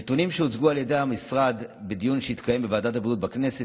הנתונים שהוצגו על ידי המשרד בדיון שהתקיים בוועדת הבריאות בכנסת